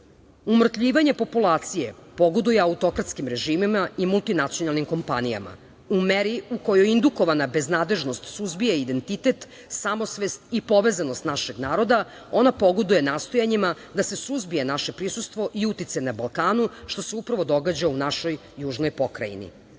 populacije pogoduje autokratskim režimima i multinacionalnim kompanijama, u meri u kojoj indukovana beznadežnost suzbija identitet, samosvest i povezanost našeg naroda. Ona pogoduje nastojanjima da se suzbije naše prisustvo i uticaj na Balkanu, što se upravo događa u našoj južnoj pokrajini. Vlasti